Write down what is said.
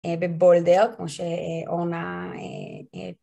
בבולדר כמו שאורנה